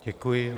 Děkuji.